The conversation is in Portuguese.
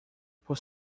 por